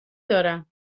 دارم